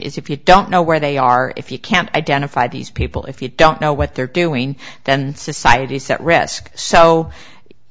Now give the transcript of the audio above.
is if you don't know where they are if you can't identify these people if you don't know what they're doing then society set risk so